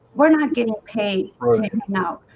we're not getting paid no,